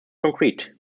concrete